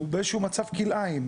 הוא באיזשהו מצב כלאיים.